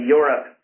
Europe